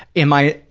am i,